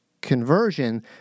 conversion